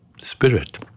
spirit